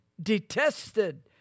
detested